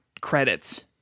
credits